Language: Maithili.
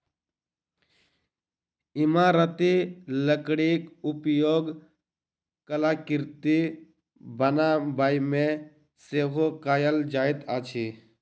इमारती लकड़ीक उपयोग कलाकृति बनाबयमे सेहो कयल जाइत अछि